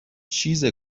چیز